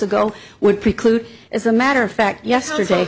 ago would preclude as a matter of fact yesterday